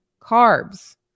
carbs